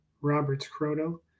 Roberts-Croto